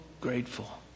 grateful